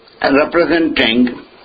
representing